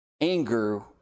anger